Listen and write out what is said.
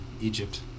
Egypt